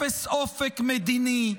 אפס אופק מדיני,